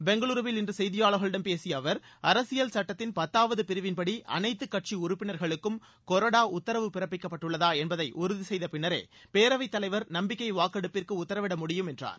பெங்களூருவில் இன்று செய்தியாளர்களிடம் பேசிய அவர் அரசியல் சுட்டத்தின் பத்தாவது பிரிவின்படி அனைத்து கட்சி உறுப்பினர்களுக்கும் கொறடா உத்தரவு பிறப்பிக்கப்பட்டுள்ளதா என்பதை உறுதி செய்த பின்னரே பேரவைத் தலைவர் நம்பிக்கை வாக்கெடுப்பிற்கு உத்தரவிட முடியும் என்றார்